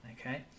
okay